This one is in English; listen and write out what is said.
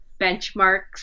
benchmarks